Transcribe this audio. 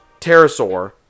pterosaur